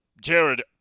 Jared